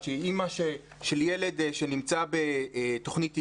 שהיא אימא של ילד שנמצא בתוכנית היל"ה,